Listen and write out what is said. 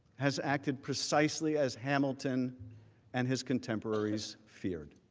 has acted precisely as hamilton and his contemporaries feared.